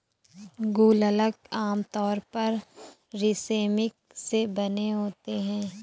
गुल्लक आमतौर पर सिरेमिक से बने होते हैं